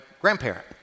grandparent